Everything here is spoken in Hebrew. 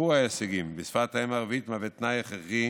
שיפור ההישגים בשפת האם הערבית הוא תנאי הכרחי